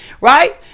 right